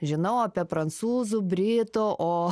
žinau apie prancūzų britų o